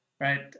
right